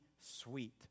sweet